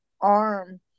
arm